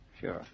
Sure